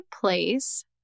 place